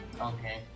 Okay